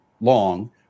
long